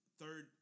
third